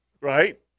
Right